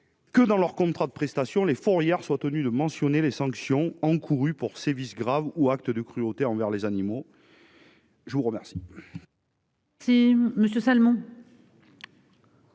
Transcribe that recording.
que, dans leurs contrats de prestation, les fourrières soient tenues de mentionner les sanctions encourues pour sévices graves ou actes de cruauté envers les animaux. La parole